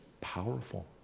powerful